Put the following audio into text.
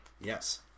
Yes